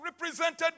represented